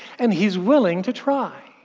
and he's willing to try.